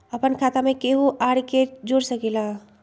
अपन खाता मे केहु आर के जोड़ सके ला?